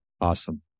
Awesome